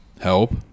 help